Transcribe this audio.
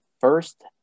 first